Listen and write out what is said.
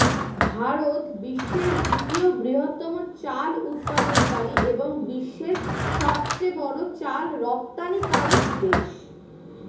ভারত বিশ্বের দ্বিতীয় বৃহত্তম চাল উৎপাদনকারী এবং বিশ্বের সবচেয়ে বড় চাল রপ্তানিকারক দেশ